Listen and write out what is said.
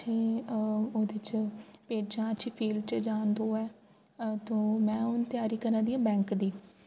ओह्दे च भेजां अच्छी फील्ड च जान दोऐ तो में हून त्यारी करा दियां बैंक दी